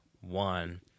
One